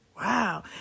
Wow